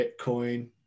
Bitcoin